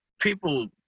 people